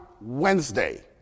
Wednesday